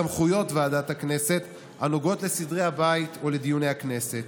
סמכויות ועדת הכנסת הנוגעות לסדרי הבית ולדיוני הכנסת.